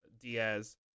Diaz